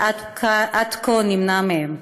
מה שעד כה נמנע מהן,